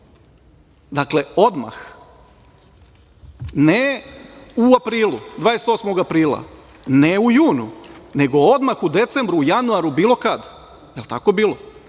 Dakle, odmah, ne u aprilu, 28. aprila, ne u junu, nego odmah u decembru, u januaru, bilo kada. Jel, tako bilo?